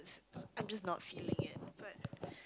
I'm just not feeling it but